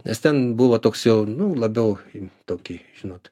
nes ten buvo toks jo nu labiau į tokį žinot